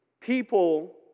People